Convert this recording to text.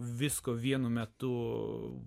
visko vienu metu